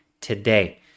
today